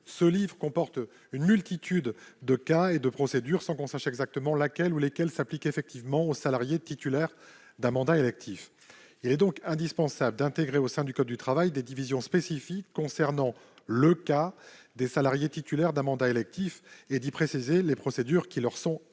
le livre IV compte une multitude de cas et de procédures, sans que l'on sache exactement laquelle ou lesquelles s'appliquent effectivement aux salariés titulaires d'un mandat électif. Il est donc indispensable d'intégrer au sein du code du travail des divisions spécifiques concernant le cas des salariés titulaires d'un mandat électif et d'y préciser les procédures qui leur sont applicables.